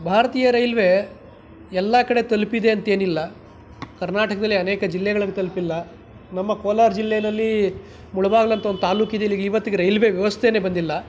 ಭಾರತೀಯ ರೈಲ್ವೆ ಎಲ್ಲ ಕಡೆ ತಲುಪಿದೆ ಅಂತೇನಿಲ್ಲ ಕರ್ನಾಟಕದಲ್ಲಿ ಅನೇಕ ಜಿಲ್ಲೆಗಳಲ್ಲಿ ತಲುಪಿಲ್ಲ ನಮ್ಮ ಕೋಲಾರ ಜಿಲ್ಲೆಯಲ್ಲಿ ಮೂಳ್ಬಾಗ್ಲು ಅಂತ ಒಂದು ತಾಲೂಕು ಇದೆ ಇಲ್ಲಿಗೆ ಇವತ್ತಿಗೂ ರೈಲ್ವೆ ವ್ಯವಸ್ಥೆನೇ ಬಂದಿಲ್ಲ